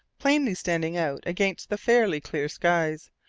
plainly standing out against the fairly clear sky,